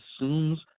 assumes